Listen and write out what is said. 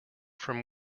from